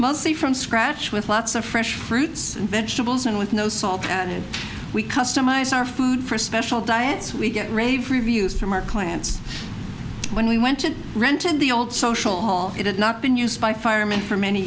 mostly from scratch with lots of fresh fruits and vegetables and with no salt added we customize our food for special diets we get rave reviews from our clients when we went to rented the old social hall it had not been used by firemen for many